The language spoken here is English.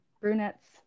Brunettes